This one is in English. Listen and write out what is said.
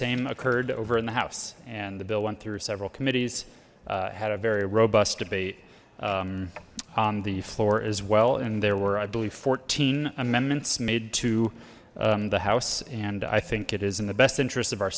same occurred over in the house and the bill went through several committees had a very robust debate on the floor as well and there were i believe fourteen amendments made to the house and i think it is in the best